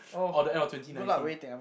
or the end of twenty nineteen